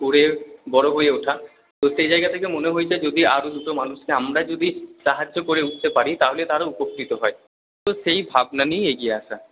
করে বড় হয়ে ওঠা তো সেই জায়গা থেকে মনে হয়েছে যদি আরও দুটো মানুষকে আমরা যদি সাহায্য করে উঠতে পারি তাহলে তারা উপকৃত হয় তো সেই ভাবনা নিয়েই এগিয়ে আসা